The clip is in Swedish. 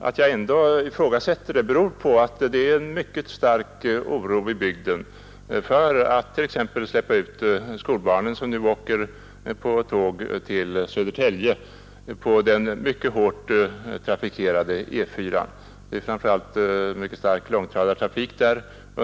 Att jag ändå ifrågasätter det beror på att det råder mycket stark oro i bygden för att t.ex. släppa ut skolbarnen, som nu åker tåg till Södertälje, på den mycket hårt trafikerade E 4.